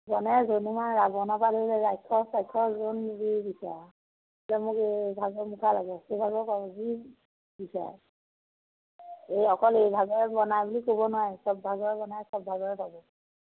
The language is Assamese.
বনায় ৰাৱণৰপৰা ধৰি ৰাক্ষস চাক্ষষ যোন যি বিচাৰে আৰু বোলে মোক এইভাগৰ মুখা লাগে সেইভাগৰ পাব যি বিচাৰে এই অকল এইভাগৰে বনায় বুলি ক'ব নোৱাৰি চব ভাগৰে বনায় চব ভাগৰে পাব